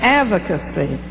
advocacy